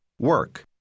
work